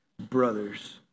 Brothers